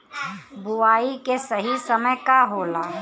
बुआई के सही समय का होला?